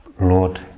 Lord